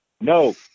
No